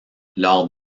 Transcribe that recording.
lors